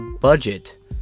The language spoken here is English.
budget